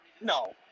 No